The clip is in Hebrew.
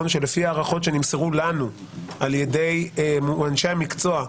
שלפי הערכות שנמסרו לנו על ידי אנשי המקצוע,